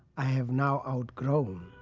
i have now outgrown,